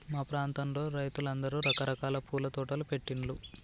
మా ప్రాంతంలో రైతులందరూ రకరకాల పూల తోటలు పెట్టిన్లు